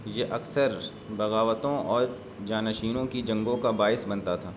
یہ اکثر بغاوتوں اور جانشینوں کی جنگوں کا باعث بنتا تھا